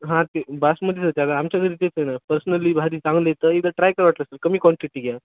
हां ते बासमतीच येतं का आमच्या घरी तेच आहे ना पर्सनली भाजी चांगली तर एकदा ट्राय करा वाटल्यास कमी क्वांटिटी घ्या